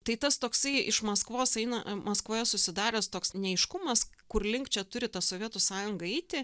tai tas toksai iš maskvos eina maskvoje susidaręs toks neaiškumas kur link čia turi ta sovietų sąjungą eiti